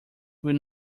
will